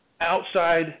outside